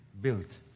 built